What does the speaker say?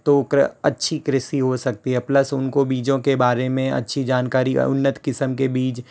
तो क्र अच्छी कृषि हो सकती है प्लस उनको बीजों के बारे में अच्छी जानकारी उन्नत किस्म के बीज